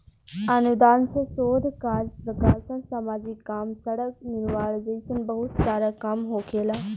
अनुदान से शोध काज प्रकाशन सामाजिक काम सड़क निर्माण जइसन बहुत सारा काम होखेला